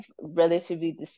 relatively